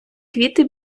квіти